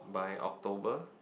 by October